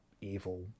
evil